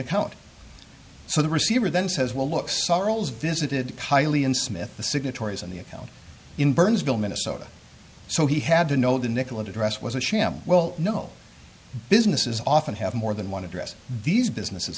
account so the receiver then says well look sorrow's visited highly in smith the signatories and the account in burnsville minnesota so he had to know the nickel address was a sham well no businesses often have more than one address these businesses